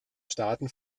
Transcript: staaten